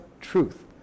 truth